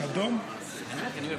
אפשר לשבת.